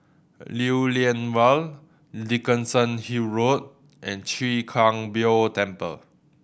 Lew Lian Vale Dickenson Hill Road and Chwee Kang Beo Temple